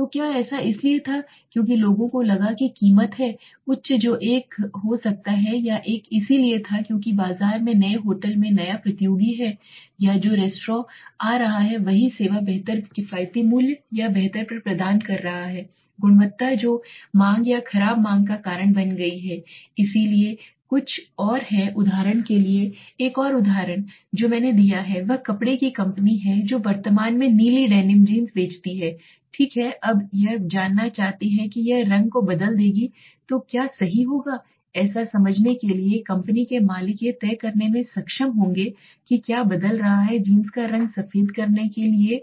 तो क्या ऐसा इसलिए था क्योंकि लोगों को लगा कि कीमत है उच्च जो एक हो सकता है या यह इसलिए था क्योंकि बाजार के नए होटल में नया प्रतियोगी है या जो रेस्तरां आ रहा है वही सेवा बेहतर किफायती मूल्य या बेहतर पर प्रदान कर रहा है गुणवत्ता जो मांग या खराब मांग का कारण बन गई है इसलिए कुछ और है उदाहरण के लिए एक और उदाहरण जो मैंने दिया है वह कपड़े की कंपनी है जो वर्तमान में नीली डेनिम जींस बेचती है ठीक है अब यह जानना चाहती है कि यह रंग को बदल देगा क्या सही होगा ऐसा समझने के लिए इस कंपनी के मालिक यह तय करने में सक्षम होंगे कि क्या बदल रहा है जीन्स का रंग सफेद करने के लिए